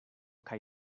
kaj